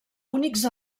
únics